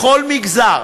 בכל מגזר,